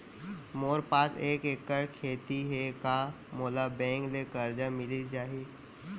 मोर पास एक एक्कड़ खेती हे का मोला बैंक ले करजा मिलिस जाही?